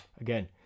again